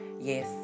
yes